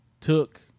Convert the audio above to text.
took